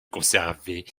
conserver